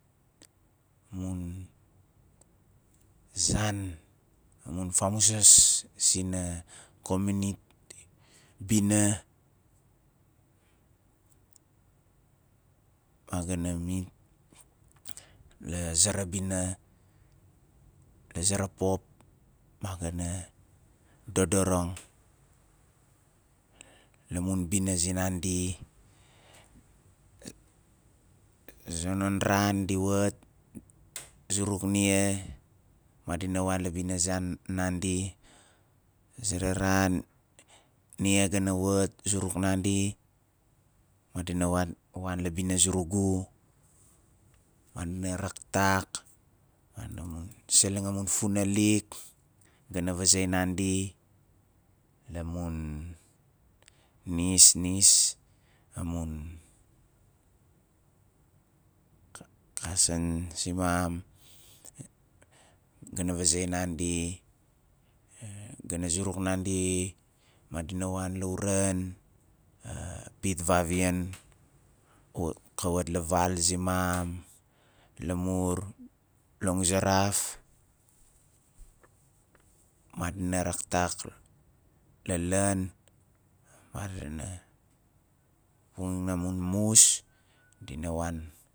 Amun zan amun famuzas sina communit bina la zara bina la zara pop ma ga na dodorang la mun bina zinandi zonon ran di wat zuruk nia madina wan la bina zinandi zera ran nia ga na wat zuruk nandi madina wan- wan la bina zurugu madina raktak madi seleng amun funalik ga na vazei nandi la mun nis, nis amun ka- kasan simam ga na vazei nandi ga na zuruk nandi madina wan lauran pit vavian ku kawat la val zimam lamur languzaraf madina raktak la laan madina woxin amun mus